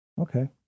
Okay